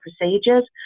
procedures